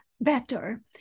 better